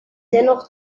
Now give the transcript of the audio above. dennoch